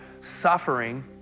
suffering